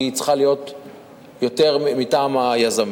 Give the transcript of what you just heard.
כי היא צריכה להיות יותר מטעם היזמים.